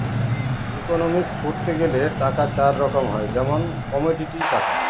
economics পড়তে গেলে টাকা চার রকম হয় যেমন কমোডিটি টাকা